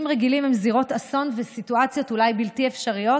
רגילים הם זירות אסון וסיטואציות אולי בלתי אפשריות,